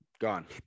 gone